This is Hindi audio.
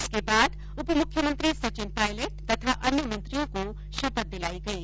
इसके बाद उपमुख्यमंत्री सचिन पायलट तथा अन्य मंत्रियों को शपथ दिलायी गयी